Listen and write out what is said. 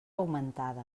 augmentada